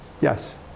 Yes